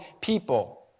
people